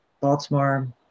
Baltimore